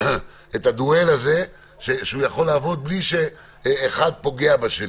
הדואל הזה שהוא יכול לעבוד בלי שאחד פוגע בשני.